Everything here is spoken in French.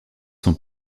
sont